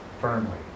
firmly